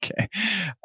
Okay